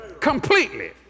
Completely